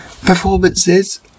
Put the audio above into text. Performances